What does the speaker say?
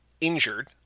injured